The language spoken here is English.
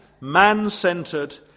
man-centered